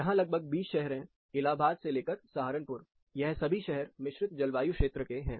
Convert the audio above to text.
यहां लगभग 20 शहर है इलाहाबाद से लेकर सहारनपुर यह सभी शहर मिश्रित जलवायु क्षेत्र के हैं